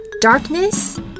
darkness